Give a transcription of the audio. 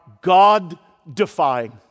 God-defying